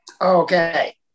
Okay